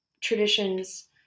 traditions